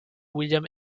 william